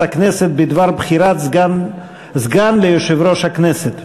הכנסת בדבר בחירת סגן ליושב-ראש הכנסת.